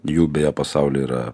jų beje pasaulyje yra